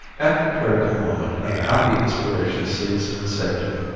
at the critical moment a happy inspiration seized and saved him.